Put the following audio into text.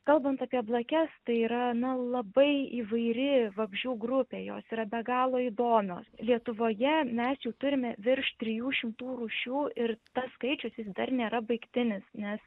kalbant apie blakes tai yra na labai įvairi vabzdžių grupė jos yra be galo įdomios lietuvoje mes jų turime virš trijų šimtų rūšių ir tas skaičius jis dar nėra baigtinis nes